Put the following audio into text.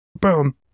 boom